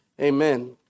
amen